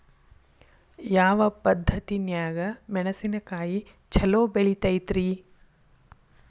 ಯಾವ ಪದ್ಧತಿನ್ಯಾಗ ಮೆಣಿಸಿನಕಾಯಿ ಛಲೋ ಬೆಳಿತೈತ್ರೇ?